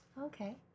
Okay